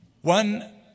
One